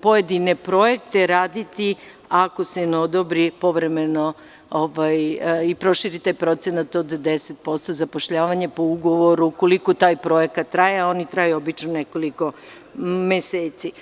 pojedine projekte raditi ako se ne odobri povremeno i proširi taj procenat od 10% zapošljavanja po ugovoru, koliko taj projekat traje, a on traje obično nekoliko meseci.